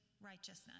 righteousness